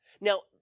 Now